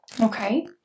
okay